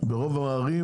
ברוב הערים